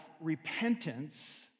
repentance